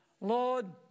Lord